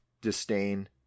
disdain